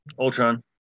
Ultron